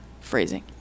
phrasing